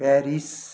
Paris